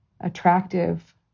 attractive